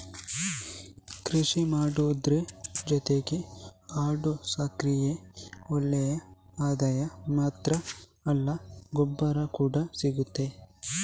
ಕೃಷಿ ಮಾಡುದ್ರ ಜೊತೆಗೆ ಆಡು ಸಾಕಿದ್ರೆ ಒಳ್ಳೆ ಆದಾಯ ಮಾತ್ರ ಅಲ್ಲ ಗೊಬ್ಬರ ಕೂಡಾ ಸಿಗ್ತದೆ